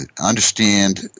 Understand